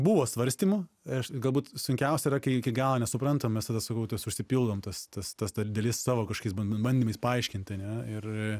buvo svarstymų aš galbūt sunkiausia yra kai iki galo nesuprantam mes tada sakau tas užsipildom tas tas dideliais savo kažkokiais band bandymais paaiškint ane ir